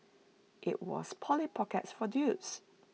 IT was Polly pockets for dudes